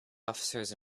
officers